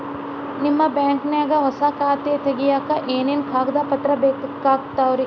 ನಿಮ್ಮ ಬ್ಯಾಂಕ್ ನ್ಯಾಗ್ ಹೊಸಾ ಖಾತೆ ತಗ್ಯಾಕ್ ಏನೇನು ಕಾಗದ ಪತ್ರ ಬೇಕಾಗ್ತಾವ್ರಿ?